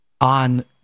on